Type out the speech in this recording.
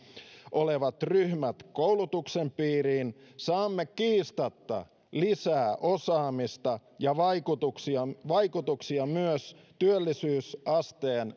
olevat ryhmät koulutuksen piiriin saamme kiistatta lisää osaamista ja vaikutuksia vaikutuksia myös työllisyysasteen